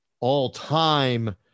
all-time